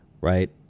Right